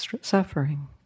suffering